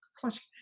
classic